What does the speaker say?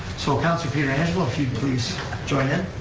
so, councilor pietrangelo, if you'd please join in?